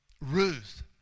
Ruth